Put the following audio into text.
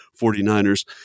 49ers